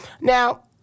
Now